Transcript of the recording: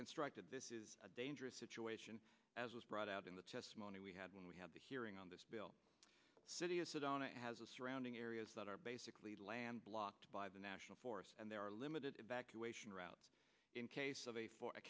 constructed this is a dangerous situation as was brought out in the testimony we had when we had the hearing on this bill city of sedona has a surrounding areas that are basically land blocked by the national forest and there are limited evacuation routes in case of a